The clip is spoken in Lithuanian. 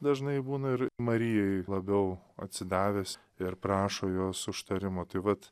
dažnai būna ir marijai labiau atsidavęs ir prašo jos užtarimo tai vat